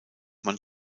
man